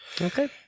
Okay